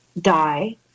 die